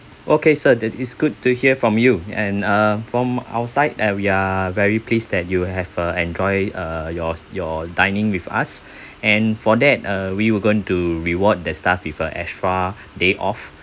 okay sir that is good to hear from you and uh from our side uh we are very pleased that you have uh enjoy uh yours your dining with us and for that uh we will going to reward the staff with a extra day off